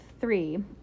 three